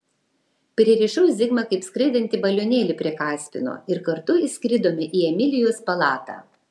pririšau zigmą kaip skraidantį balionėlį prie kaspino ir kartu įskridome į emilijos palatą